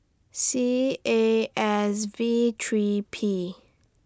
C A S V three P